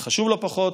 וחשוב לא פחות,